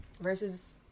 versus